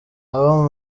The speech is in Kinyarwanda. abo